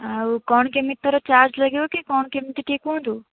ଆଉ କ'ଣ କେମିତି ତାର ଚାର୍ଜ ଲାଗିବ କି କ'ଣ କେମିତି ଟିକିଏ କୁହନ୍ତୁ